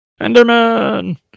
Enderman